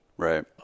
right